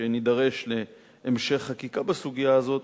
שנידרש להמשך חקיקה בסוגיה הזאת,